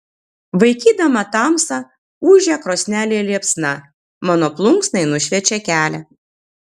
vaikydama tamsą ūžia krosnelėje liepsna mano plunksnai nušviečia kelią